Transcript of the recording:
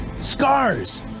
scars